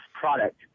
product